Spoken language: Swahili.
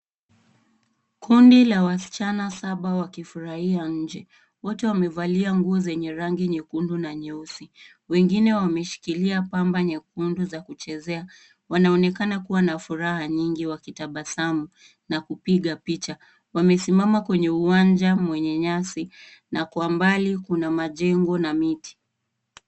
Kundi la wasichana saba wakifurahia nje. Wote wamevalia nguo zenye rangi nyekundu na nyeusi. Wengine wameshikilia pamba nyekundu za kuchezea. Wanaonekana kuwa na furaha nyingi wakutabasamu na kupiga picha. Wamesimama kwenye uwanja wenye nyasi na kwa mbali kuna majengo na miti.